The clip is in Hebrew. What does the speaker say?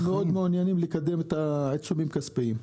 אנחנו מאוד מעוניינים לקדם את הנושא של עיצומים כספיים.